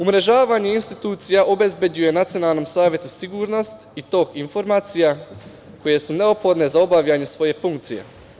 Umrežavanje institucija obezbeđuje Nacionalnom savetu sigurnost i tok informacija koje su neophodne za obavljanje svoje funkcije.